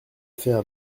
faire